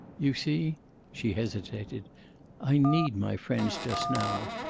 you see she hesitated i need my friends just now.